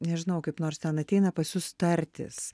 nežinau kaip nors ten ateina pas jus tartis